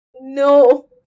No